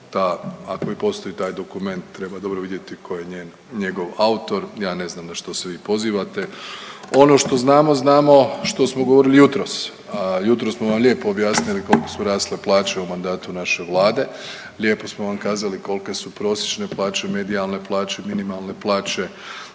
Ako i postoji taj dokument treba dobro vidjeti tko je njegov autor. Ja ne znam na što se vi pozivate. Ono što znamo, znamo što smo govorili jutros. Jutros smo vam lijepo objasniti koliko su rasle plaće u mandatu naše Vlade. Lijepo smo vam kazali kolike su prosječne plaće, medijalne plaće, minimalne plaće,